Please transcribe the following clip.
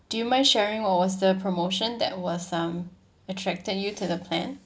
do you mind sharing what was the promotion that was um attracted you to the plan